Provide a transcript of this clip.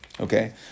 Okay